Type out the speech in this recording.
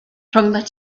rhyngot